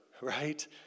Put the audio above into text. right